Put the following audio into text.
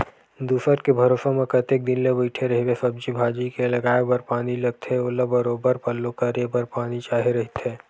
दूसर के भरोसा म कतेक दिन ले बइठे रहिबे, सब्जी भाजी के लगाये बर पानी लगथे ओला बरोबर पल्लो करे बर पानी चाही रहिथे